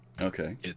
okay